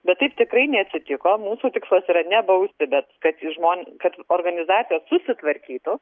bet taip tikrai neatsitiko mūsų tikslas yra ne bausti bet kad į žmon kad organizacija susitvarkytų